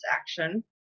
action